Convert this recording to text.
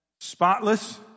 spotless